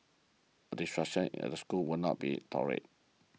a disruption in the school will not be tolerated